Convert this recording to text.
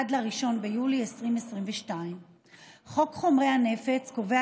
עד ל-1 ביולי 2022. חוק חומרי הנפץ קובע